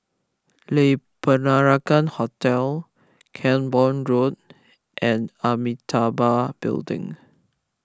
Le Peranakan Hotel Camborne Road and Amitabha Building